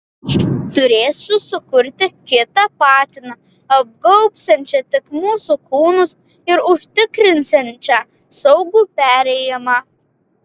turėsiu sukurti kitą patiną apgaubsiančią tik mūsų kūnus ir užtikrinsiančią saugų perėjimą